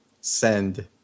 send